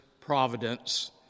providence